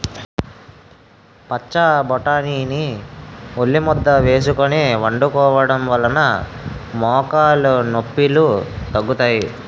పచ్చబొటాని ని ఉల్లిముద్ద వేసుకొని వండుకోవడం వలన మోకాలు నొప్పిలు తగ్గుతాయి